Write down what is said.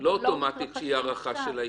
שלא תהיה אוטומטית הארכה של ההתיישנות.